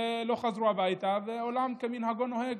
לא חזרו הביתה, ועולם כמנהגו נוהג.